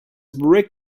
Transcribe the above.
brick